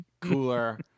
cooler